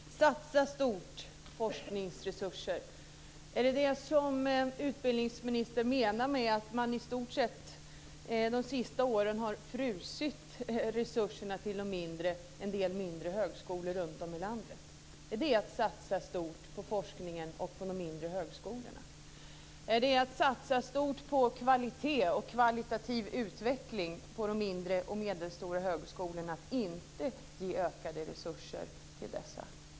Fru talman! Att satsa stort och forskningsresurser - är det vad utbildningsministern menar med att man de senaste åren i stort sett har frusit resurserna till en del mindre högskolor runtom i landet? Är det att satsa stort på forskningen och på de mindre högskolorna? Är det att satsa stort på kvalitet och kvalitativ utveckling på de mindre och medelstora högskolorna att inte ge ökade resurser till dessa?